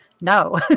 no